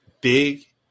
big